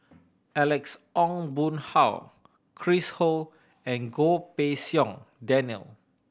Alex Ong Boon Hau Chris Ho and Goh Pei Siong Daniel